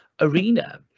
arena